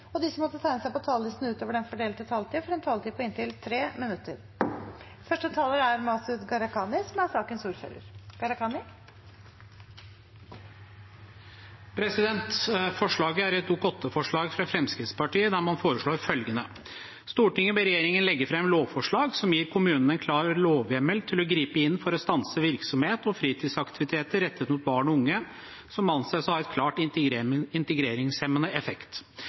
og de som måtte tegne seg på talerlisten utover den fordelte taletid, får også en taletid på inntil 3 minutter. Saken gjelder et Dokument 8-forslag fra Fremskrittspartiet der man foreslår følgende: «Stortinget ber regjeringen legge frem lovforslag som gir kommunene en klar lovhjemmel til å gripe inn for å stanse virksomhet og fritidsaktiviteter rettet mot barn og unge som anses å ha en klart integreringshemmende effekt.»